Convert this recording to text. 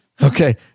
Okay